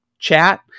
chat